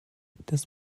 das